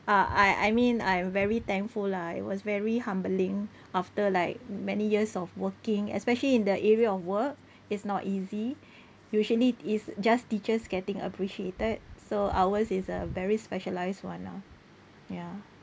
uh I I mean I am very thankful lah it was very humbling after like many years of working especially in the area of work it's not easy usually it's just teachers getting appreciated so ours is a very specialised one lah ya